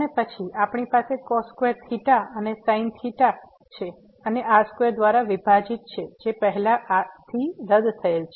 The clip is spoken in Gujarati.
અને પછી આપણી પાસે કોસ સ્ક્વેર થીટા અને સાઈન થેટા છે અને r2 દ્વારા વિભાજીત છે જે પહેલાથી રદ થયેલ છે